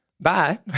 bye